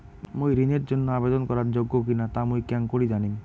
মুই ঋণের জন্য আবেদন করার যোগ্য কিনা তা মুই কেঙকরি জানিম?